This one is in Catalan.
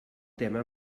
tema